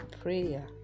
Prayer